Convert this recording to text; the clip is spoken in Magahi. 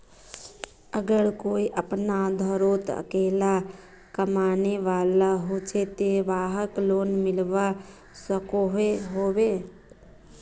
अगर कोई अपना घोरोत अकेला कमाने वाला होचे ते वाहक लोन मिलवा सकोहो होबे?